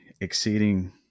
exceeding